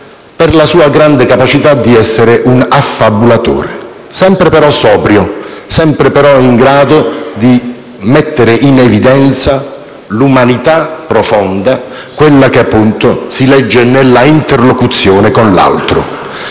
per la sua grande capacità di essere un affabulatore, sempre però sobrio, sempre però in grado di mettere in evidenza l'umanità profonda: quella che, appunto, si legge nell'interlocuzione con l'altro.